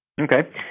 Okay